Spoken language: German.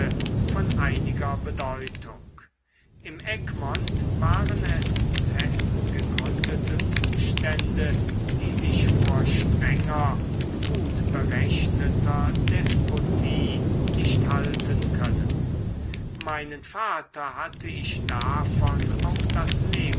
von einiger bedeutung im egmont waren es festgegründete zustände die sich vor strenger gut berechneter despotie nicht halten können meinen vater hatte ich davon auf das